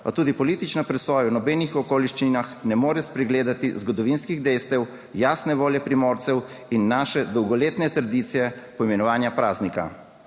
pa tudi politična presoja v nobenih okoliščinah ne more spregledati zgodovinskih dejstev, jasne volje Primorcev in naše dolgoletne tradicije poimenovanja praznika.